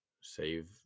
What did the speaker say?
Save